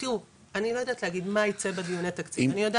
לא יודע איך אתם קוראים לסעיף הזה,